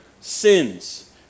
sins